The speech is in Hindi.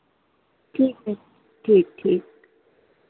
ठीक है ठीक ठीक